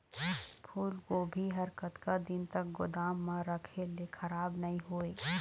फूलगोभी हर कतका दिन तक गोदाम म रखे ले खराब नई होय?